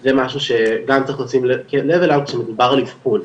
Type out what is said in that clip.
זה משהו שגם צריך לשים לב אליו כשמדובר על אבחון.